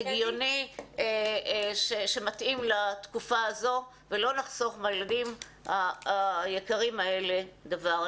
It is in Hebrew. הגיוני שמתאים לתקופה הזו ולא נחסוך מהילדים היקרים האלה דבר.